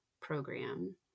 program